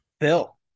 Phil